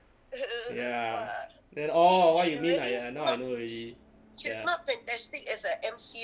ya then orh what you mean I I now I know already ya